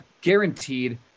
guaranteed